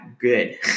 good